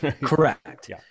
Correct